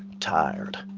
tired